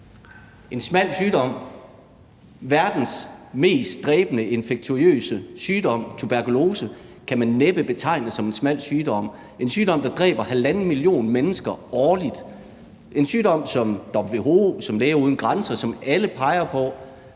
En smal sygdom, siger man. Verdens mest dræbende infektiøse sygdom, tuberkulose, kan man næppe betegne som en smal sygdom. Det er en sygdom, der dræber halvanden million mennesker årligt, en sygdom, som WHO, som Læger uden Grænser, som alle peger på